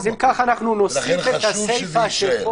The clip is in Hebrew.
לכן חשוב שזה יישאר.